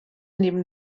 neben